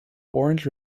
orange